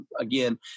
again